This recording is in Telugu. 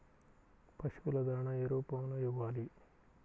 పశువుల దాణా ఏ రూపంలో ఇవ్వాలి?